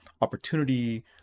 opportunity